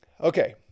Okay